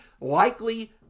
likely